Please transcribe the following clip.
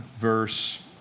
verse